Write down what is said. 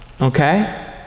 Okay